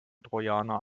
trojaner